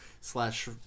slash